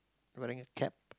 wearing a cap